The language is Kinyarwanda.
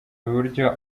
iburyo